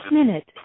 minute